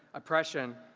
oppression,